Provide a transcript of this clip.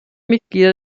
mitglieder